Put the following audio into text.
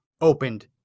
opened